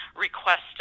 requested